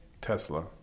Tesla